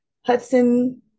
hudson